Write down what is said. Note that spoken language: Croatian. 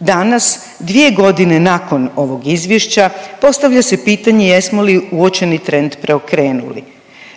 Danas 2.g. nakon ovog izvješća postavlja se pitanje jesmo li uočeni trend preokrenuli?